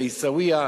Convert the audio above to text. בעיסאוויה,